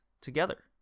together